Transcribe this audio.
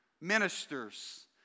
ministers